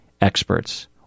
experts